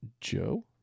Joe